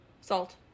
Salt